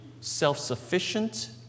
self-sufficient